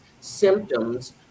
symptoms